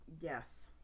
Yes